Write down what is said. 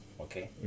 okay